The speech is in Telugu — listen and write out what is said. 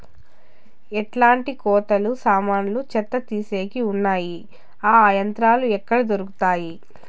ఎట్లాంటి కోతలు సామాన్లు చెత్త తీసేకి వున్నాయి? ఆ యంత్రాలు ఎక్కడ దొరుకుతాయి?